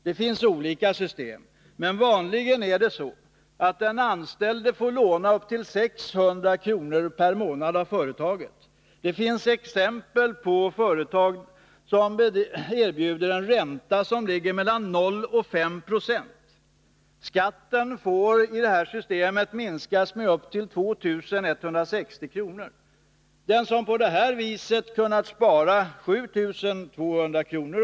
Det finns olika system, men vanligen får den anställde låna upp till 600 kr. per månad av företaget. Det finns exempel på företag som erbjuder en ränta på mellan 0 och 5 90. Skatten får enligt det här systemet minskas med upp till 2 160 kr. per år. Den som på det här viset kunnat ”spara” 7 200 kr.